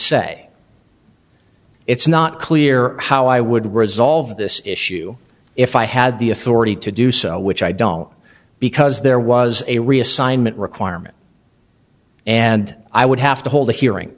say it's not clear how i would resolve this issue if i had the authority to do so which i don't because there was a reassignment requirement and i would have to hold a hearing